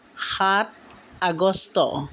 সাত আগষ্ট